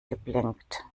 geblinkt